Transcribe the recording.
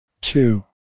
two